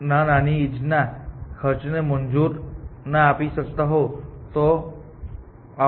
આ ઉપરાંત એ પોઇન્ટ પર કે દરેક માર્ગ જે અનુભવે છે તે આ g સુધીનો માર્ગ મોટો થાય છે અને પછી તેમાં g આવશે